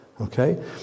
okay